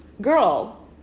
girl